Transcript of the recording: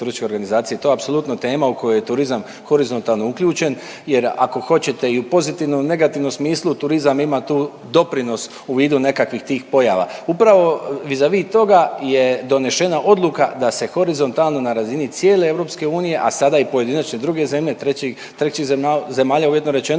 turističke organizacije, to je apsolutno tema u kojoj je turizam horizontalno uključen jer ako hoćete i u pozitivnom i u negativnom smislu turizam ima tu doprinos u vidu nekakvih tih pojava. Upravo vizavi toga je donešena odluka da se horizontalna odluka na razini cijele EU, a sada pojedinačno i druge zemlje, trećih zemalja uvjetno rečeno